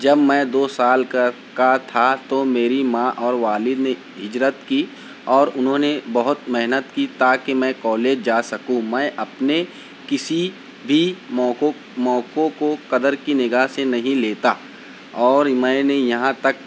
جب میں دو سال کا کا تھا تو میری ماں اور والد نے ہجرت کی اور انہوں نے بہت محنت کی تاکہ میں کالج جا سکوں میں اپنے کسی بھی موقعوں موقعوں کو قدر کی نگاہ سے نہیں لیتا اور میں نے یہاں تک